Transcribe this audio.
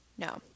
No